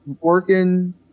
working